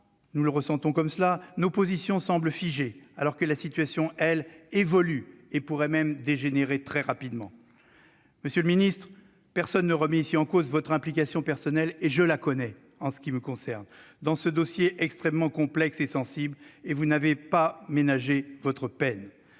nous le ressentons ainsi -, nos positions semblent figées, alors que la situation, elle, évolue et pourrait même dégénérer rapidement. Monsieur le ministre, personne ne remet ici en cause votre implication personnelle- en ce qui me concerne, je la connais -dans ce dossier extrêmement complexe et sensible, et vous n'avez pas ménagé votre peine.